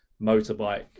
motorbike